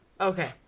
Okay